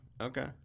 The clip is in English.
Okay